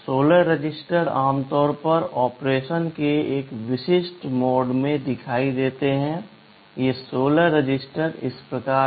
16 register आमतौर पर ऑपरेशन के एक विशिष्ट मोड में दिखाई देते हैं ये 16 रजिस्टर इस प्रकार हैं